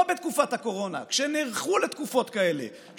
לא בתקופת הקורונה אלא כשנערכו לתקופות כאלה,